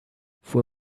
fue